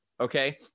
Okay